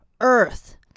earth